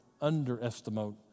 underestimate